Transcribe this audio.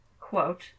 quote